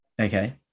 Okay